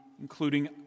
including